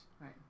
Right